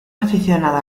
aficionado